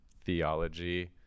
theology